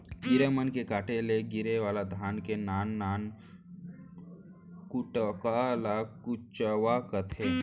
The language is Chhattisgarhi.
कीरा मन के काटे ले गिरे वाला धान के नान नान कुटका ल कुचवा कथें